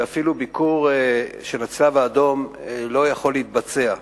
כשאפילו ביקור של הצלב-האדום לא יכול להתבצע,